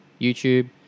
YouTube